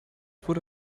wurde